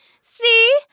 See